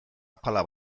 apala